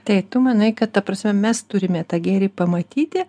tai tu manai kad ta prasme mes turime tą gėrį pamatyti